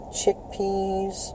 chickpeas